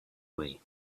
way